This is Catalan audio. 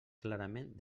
clarament